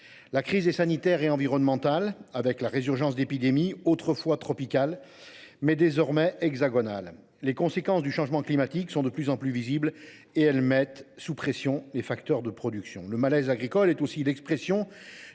La crise est d’abord sanitaire et environnementale, avec la résurgence d’épidémies, autrefois tropicales, mais désormais hexagonales. Les conséquences du changement climatique sont de plus en plus visibles, et elles mettent sous pression les facteurs de production. Le malaise agricole est aussi l’expression